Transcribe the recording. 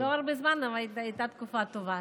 לא הרבה זמן, אבל הייתה תקופה טובה.